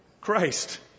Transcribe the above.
Christ